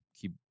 keep